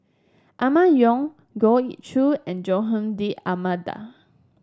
Emma Yong Goh Ee Choo and Joaquim D'Almeida